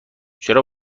چرا